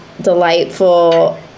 delightful